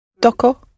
Doko